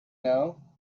know